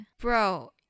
Bro